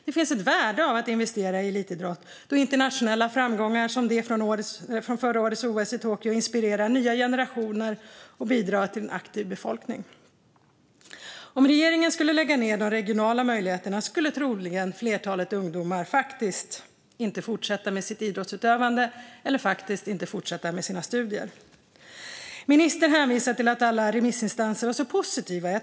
Det finns ett värde i att investera i elitidrott då internationella framgångar, som de från förra årets OS i Tokyo, inspirerar nya generationer och bidrar till en aktiv befolkning. Om regeringen skulle lägga ned de regionala möjligheterna skulle troligen ett flertal ungdomar inte fortsätta med sitt idrottsutövande eller inte fortsätta med sina studier. Ministern hänvisar till att alla remissinstanser var så positiva.